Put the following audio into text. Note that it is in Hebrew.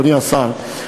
אדוני השר,